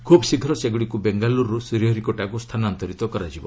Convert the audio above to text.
ଖୁବ୍ ଶୀଘ୍ର ସେଗୁଡ଼ିକୁ ବେଙ୍ଗାଲୁରୁରୁ ଶ୍ରୀହରିକୋଟାକୁ ସ୍ଥାନାନ୍ତରିତ କରାଯିବ